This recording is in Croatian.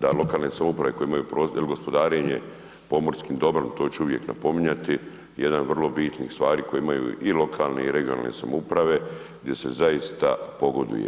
da lokalne samouprave koje imaju ili gospodarenje pomorskim dobrom, to ću uvijek napominjati jedna od vrlo bitnih stvari koje imaju i lokalne i regionalne samouprave gdje se zaista pogoduje.